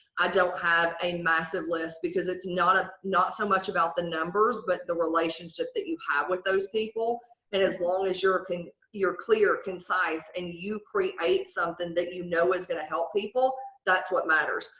i don't have a massive list because it's not ah not so much about the numbers but the relationship that you have with those people. and as long as your thing you're clear, concise, and you create something that you know is going to help people, that's what matters.